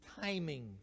timing